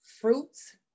fruits